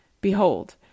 Behold